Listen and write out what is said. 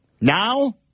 Now